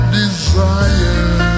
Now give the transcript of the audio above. desire